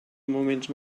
moments